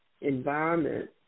environment